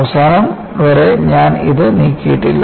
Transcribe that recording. അവസാനം വരെ ഞാൻ ഇത് നീട്ടിയിട്ടില്ല